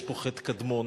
יש פה חטא קדמון.